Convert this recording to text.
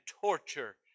torture